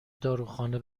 داروخانه